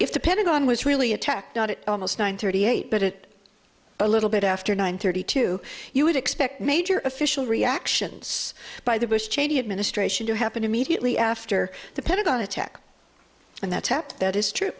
if the pentagon was really attacked it almost nine thirty eight but it a little bit after nine thirty two you would expect major official reactions by the bush cheney administration to happen immediately after the pentagon attack and that tapped that is true